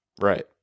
Right